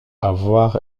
avoir